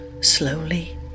slowly